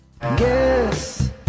Guess